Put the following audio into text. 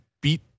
beat